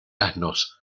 asnos